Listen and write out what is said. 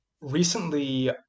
recently